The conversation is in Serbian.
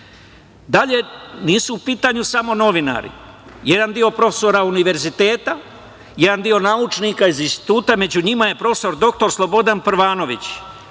Dalje, nisu u pitanju samo novinari. Jedan deo profesora univerziteta, jedan deo naučnika iz instituta, a među njima je prof. dr Slobodan Prvanović,